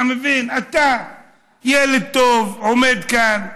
אתה מבין, אתה ילד טוב, עומד כאן,